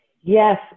Yes